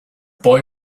boy